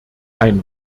ein